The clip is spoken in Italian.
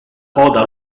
coda